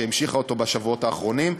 שהמשיכה אותו בשבועות האחרונות.